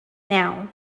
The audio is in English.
now